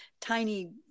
tiny